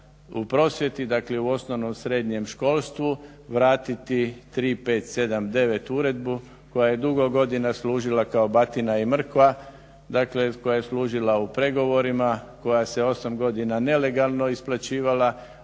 u osnovnom i srednjem školstvu vratiti 3579 Uredbu koja je dugo godina služila kao batina i mrkva, dakle koja je služila u pregovorima, koja se 8 godina nelegalno isplaćivala.